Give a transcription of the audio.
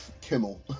Kimmel